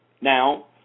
Now